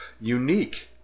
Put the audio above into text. unique